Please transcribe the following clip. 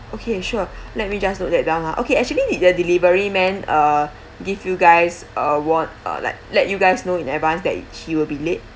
okay sure let me just note that down ah okay actually did the delivery man uh give you guys uh what uh like let you guys know in advance that he will be late